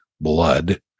blood